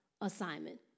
assignment